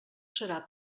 serà